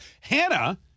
Hannah